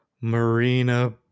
Marina